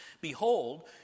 Behold